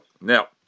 Now